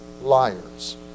liars